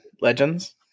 legends